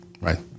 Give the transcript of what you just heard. right